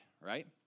right